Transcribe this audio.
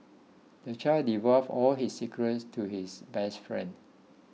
the child divulged all his secrets to his best friend